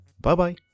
Bye-bye